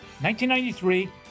1993